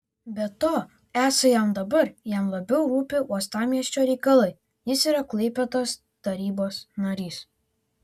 be to esą jam dabar jam labiau rūpi uostamiesčio reikalai jis yra klaipėdos tarybos narys